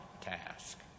task